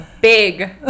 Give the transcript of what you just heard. big